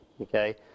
Okay